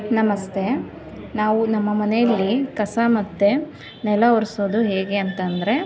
ನಮಸ್ತೆ ನಾವು ನಮ್ಮ ಮನೆಯಲ್ಲಿ ಕಸ ಮತ್ತೆ ನೆಲ ಒರೆಸೋದು ಹೇಗೆ ಅಂತ ಅಂದ್ರೆ